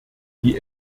die